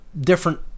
different